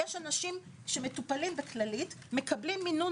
יש אנשים שמטופלים בכללית, מקבלים מינון